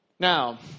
Now